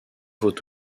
vont